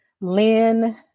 Lynn